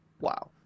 wow